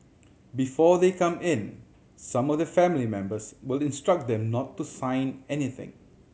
before they come in some of their family members will instruct them not to sign anything